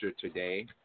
today